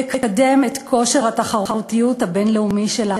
ולקדם את כושר התחרות הבין-לאומית שלה.